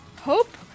Hope